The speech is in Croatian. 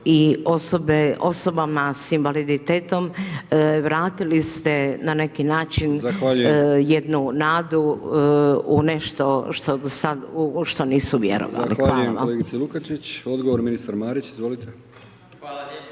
i osobama sa invaliditetom vratili ste na neki način jednu nadu u nešto što do sada, u što nisu vjerovali. Hvala vam.